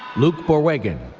luke borwegen,